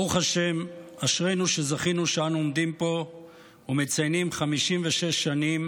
ברוך השם, אשרינו שזכינו לעמוד פה ולציין 56 שנים